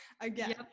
again